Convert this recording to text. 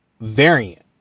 variant